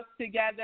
together